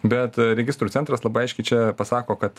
bet registrų centras labai aiškiai čia pasako kad